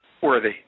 worthy